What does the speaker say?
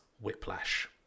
Whiplash